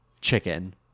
chicken